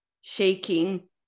shaking